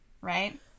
Right